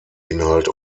inhalt